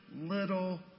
little